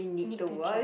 need to drop